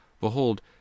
Behold